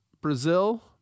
Brazil